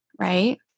right